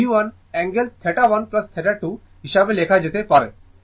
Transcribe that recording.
এটি V1 angle θ1 θ2 হিসাবে লেখা যেতে পারে